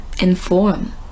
inform